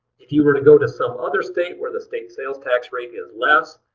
if you were to go to some other state where the state sales tax rate is less,